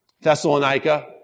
Thessalonica